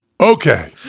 okay